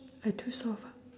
I too soft ah